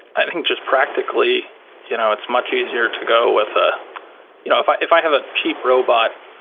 i think just practically you know it's much easier to go with ah you know if i if i have a cheap robot,